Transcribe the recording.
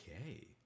Okay